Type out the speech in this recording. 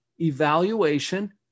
Evaluation